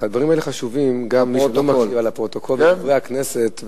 הדברים האלה חשובים גם בשביל הפרוטוקול ו"דברי הכנסת".